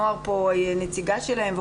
מוהר שנמצאת כאן היא הנציגה שלהם,